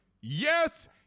Yes